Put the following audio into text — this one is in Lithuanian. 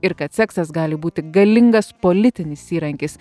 ir kad seksas gali būti galingas politinis įrankis